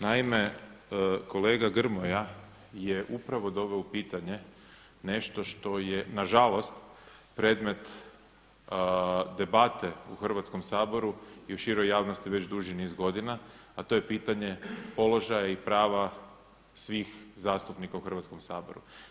Naime, kolega Grmoja je upravo doveo u pitanje nešto što je na žalost predmet debate u Hrvatskom saboru i u široj javnosti već duži niz godina, a to je pitanje položaja i prava svih zastupnika u Hrvatskom saboru.